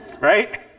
Right